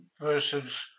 versus